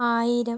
ആയിരം